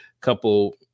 couple